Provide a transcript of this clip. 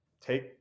take